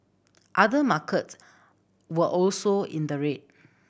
other markets were also in the red